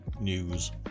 news